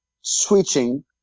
switching